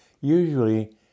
usually